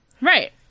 Right